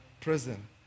prison